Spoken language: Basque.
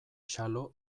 xalo